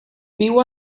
viu